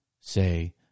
say